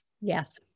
Yes